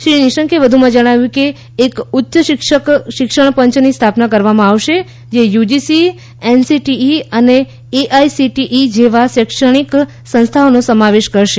શ્રી નિશંકે જણાવ્યું કે એક ઉચ્ય શિક્ષણ પંચની સ્થાપના કરવામાં આવશે જે યુજીસી એનસીટીઇ અને એઆઇસીટીઇ જેવા શૈક્ષણિક સંસ્થાઓનો સમાવેશ કરશે